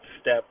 step